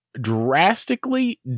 drastically